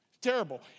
Terrible